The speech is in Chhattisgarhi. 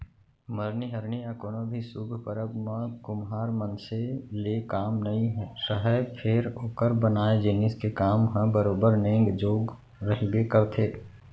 मरनी हरनी या कोनो भी सुभ परब म कुम्हार मनसे ले काम नइ रहय फेर ओकर बनाए जिनिस के काम ह बरोबर नेंग जोग रहिबे करथे